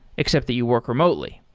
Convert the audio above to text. except that you work remotely.